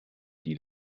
die